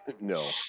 no